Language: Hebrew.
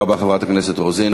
תודה רבה, חברת הכנסת רוזין.